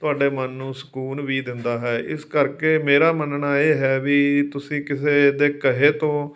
ਤੁਹਾਡੇ ਮਨ ਨੂੰ ਸਕੂਨ ਵੀ ਦਿੰਦਾ ਹੈ ਇਸ ਕਰਕੇ ਮੇਰਾ ਮੰਨਣਾ ਇਹ ਹੈ ਵੀ ਤੁਸੀਂ ਕਿਸੇ ਦੇ ਕਹੇ ਤੋਂ